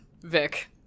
Vic